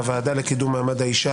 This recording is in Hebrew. והוועדה לקידום מעמד האישה,